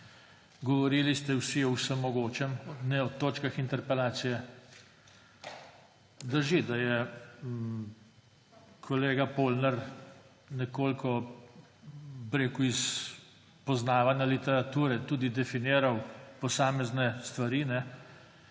Govorili ste vsi o vsem mogočem, ne o točkah interpelacije. Drži, da je kolega Polnar nekoliko, bi rekel, iz poznavanja literature tudi definiral posamezne stvari.